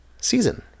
season